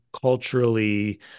culturally